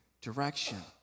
direction